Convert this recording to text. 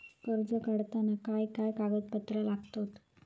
कर्ज काढताना काय काय कागदपत्रा लागतत?